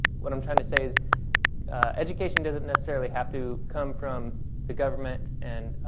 what i'm trying to say is education doesn't necessarily have to come from the government. and